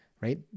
right